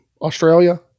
Australia